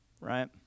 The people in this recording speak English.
right